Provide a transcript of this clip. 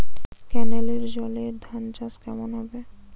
কেনেলের জলে ধানচাষ কেমন হবে?